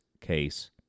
case